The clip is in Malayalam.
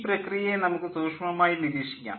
ഈ പ്രക്രിയയെ നമുക്ക് സൂക്ഷ്മമായി നിരീക്ഷിക്കാം